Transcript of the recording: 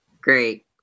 Great